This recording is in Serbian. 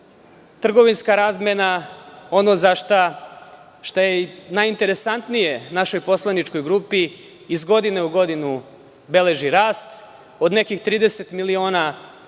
Trgovinska razmena, ono što je najinteresantnije našoj poslaničkoj grupi je da iz godine u godinu beleži rast od nekih 30 miliona dolara